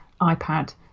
ipad